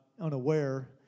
unaware